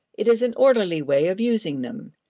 it is an orderly way of using them,